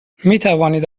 میتوانید